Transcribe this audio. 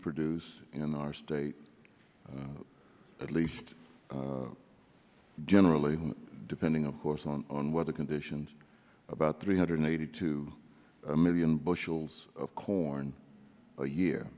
produce in our state at least generally depending of course on weather conditions about three hundred and eighty two million bushels of corn a year